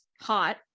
hot